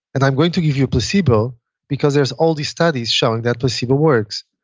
and i'm going to give you a placebo because there's all these studies showing that placebo works.